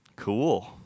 cool